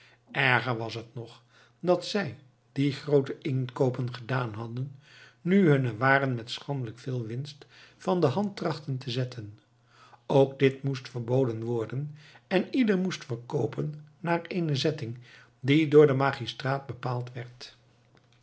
erger was het nog dat zij die groote inkoopen gedaan hadden nu hunne waren met schandelijk veel winst van de hand trachtten te zetten ook dit moest verboden worden en ieder moest verkoopen naar eene zetting die door den magistraat bepaald werd